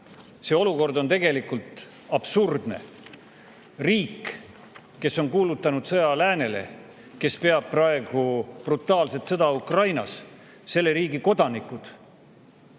See olukord on tegelikult absurdne. Riik, kes on kuulutanud sõja läänele ja kes peab praegu brutaalset sõda Ukrainas – selle riigi kodanikud